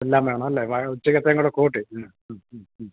എല്ലാം വേണം അല്ലേ ഉച്ചയ്ക്കത്തേതും കൂടെ കൂട്ടി മ്മ് മ്മ് മ്മ് മ്മ്